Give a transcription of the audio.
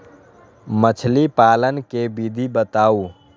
मछली पालन के विधि बताऊँ?